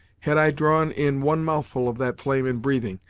had i drawn in one mouthful of that flame in breathing,